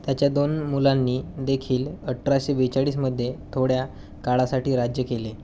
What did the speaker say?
त्याच्या दोन मुलांनी देखील अठराशे बेचाळीसमध्ये थोड्या काळासाठी राज्य केले